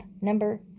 number